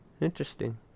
interesting